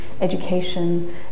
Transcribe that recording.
education